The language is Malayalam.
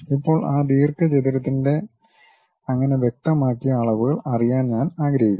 ഇപ്പോൾ ആ ദീർഘചതുരത്തിന്റെ അങ്ങനെ വ്യക്തമാക്കിയ അളവുകൾ അറിയാൻ ഞാൻ ആഗ്രഹിക്കുന്നു